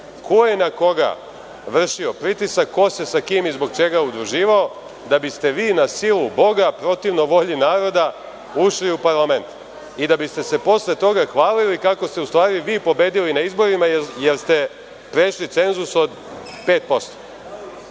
ko je na koga vršio pritisak, ko sa se sa kim i zbog čega udruživao, da biste vi na silu Boga, protivno volji naroda, ušli u parlament i da biste se posle toga hvalili kako ste u stvari vi pobedili na izborima jer ste prešli cenzus od